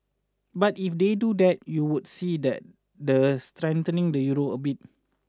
but if they do that you would see that the strengthen the Euro a bit